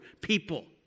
people